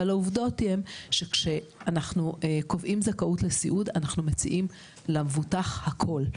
אבל העובדות הן שכשאנחנו קובעים זכאות לסיעוד אנחנו מציעים למבוטח הכול.